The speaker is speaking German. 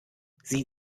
sieh